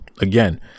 again